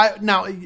Now